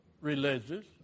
religious